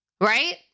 Right